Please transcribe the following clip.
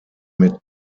mit